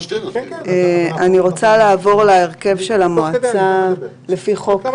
אני רוצה לעבור להרכב המועצה לפי חוק